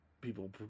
people